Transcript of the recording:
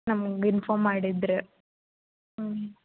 ನಮ್ಗೆ ಇನ್ಫಾರ್ಮ್ ಮಾಡಿದರೆ ಹ್ಞೂ